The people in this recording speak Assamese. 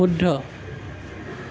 শুদ্ধ